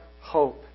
hope